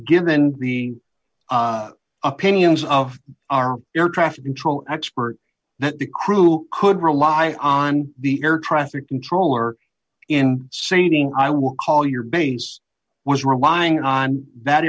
given the opinions of our air traffic control expert that the crew could rely on the air traffic controller in saying i will call your base was relying on that